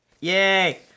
Yay